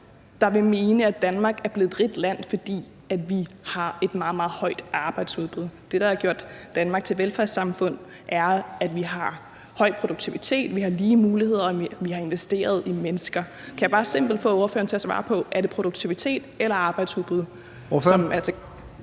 der vil mene, at Danmark er blevet et rigt land, fordi vi har et meget, meget højt arbejdsudbud. Det, der har gjort Danmark til et velfærdssamfund, er, at vi har høj produktivitet, at vi har lige muligheder og vi har investeret i mennesker. Kan jeg bare få ordføreren til at svare simpelt på: Skyldes det produktivitet eller arbejdsudbud?